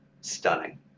stunning